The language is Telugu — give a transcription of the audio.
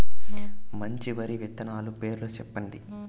మంచి వరి విత్తనాలు పేర్లు చెప్పండి?